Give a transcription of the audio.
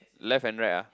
left and right ah